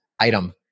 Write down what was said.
item